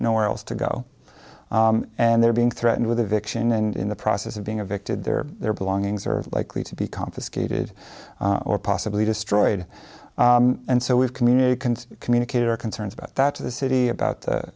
nowhere else to go and they're being threatened with eviction and in the process of being evicted their their belongings are likely to be confiscated or possibly destroyed and so we've community can communicate our concerns about that to the city about